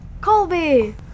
Colby